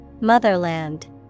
Motherland